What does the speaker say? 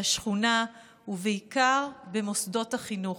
בשכונה ובעיקר במוסדות החינוך.